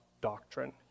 doctrine